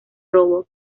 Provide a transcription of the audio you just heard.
robo